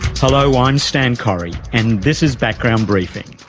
hello, i'm stan correy, and this is background briefing.